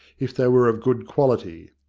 if they were of good quality.